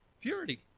Purity